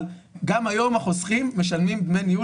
אבל גם היום החוסכים משלמים דמי ניהול